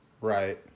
Right